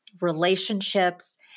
relationships